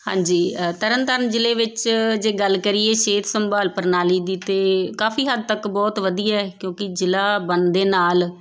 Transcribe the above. ਹਾਂਜੀ ਤਰਨਤਾਰਨ ਜਿਲ੍ਹੇ ਵਿੱਚ ਜੇ ਗੱਲ ਕਰੀਏ ਸਿਹਤ ਸੰਭਾਲ ਪ੍ਰਣਾਲੀ ਦੀ ਤਾਂ ਕਾਫ਼ੀ ਹੱਦ ਤੱਕ ਬਹੁਤ ਵਧੀਆ ਕਿਉਂਕਿ ਜ਼ਿਲ੍ਹਾ ਬਣਨ ਦੇ ਨਾਲ